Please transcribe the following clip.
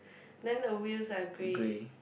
then the wheels are grey